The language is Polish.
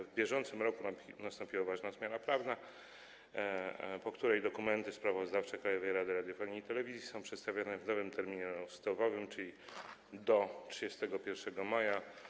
W bieżącym roku nastąpiła ważna zmiana prawna, po której dokumenty sprawozdawcze Krajowej Rady Radiofonii i Telewizji są przedstawiane w nowym terminie ustawowym, czyli do 31 maja.